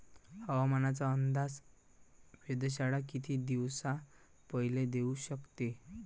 हवामानाचा अंदाज वेधशाळा किती दिवसा पयले देऊ शकते?